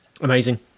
amazing